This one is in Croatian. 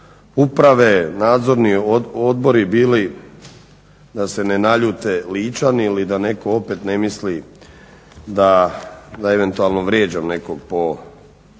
uprave, Nadzorni odbori bili, da se ne naljute Ličani ili da netko opet ne misli da eventualno vrijeđam nekog po mjestu